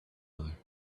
other